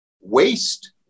waste